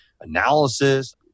analysis